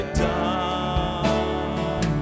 down